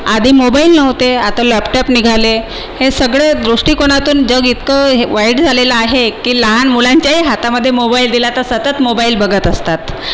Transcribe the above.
आधी मोबाईल नव्हते आता लॅपटॉप निघाले हे सगळे दृष्टिकोनातून जग इतकं हे वाईट झालेलं आहे की लहान मुलांच्याही हातामध्ये मोबाईल दिला तर सतत मोबाईल बघत असतात